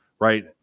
right